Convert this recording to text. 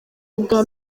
ubwa